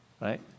right